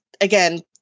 again